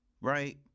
right